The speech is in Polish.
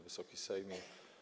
Wysoki Sejmie!